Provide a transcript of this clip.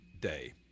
Day